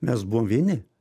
mes buvom vieni